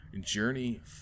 journey